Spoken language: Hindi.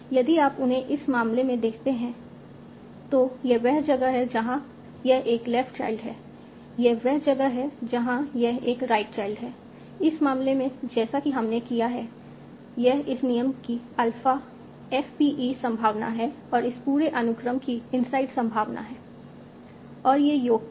यदि आप उन्हें इस मामले में देखते हैं तो यह वह जगह है जहां यह एक लेफ्ट चाइल्ड है यह वह जगह है जहां यह एक राइट चाइल्ड है इस मामले में जैसा कि हमने किया है यह इस नियम की अल्फा f p e संभावना है और इस पूरे अनुक्रम की इनसाइड संभावना है और ये योग क्या हैं